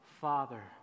Father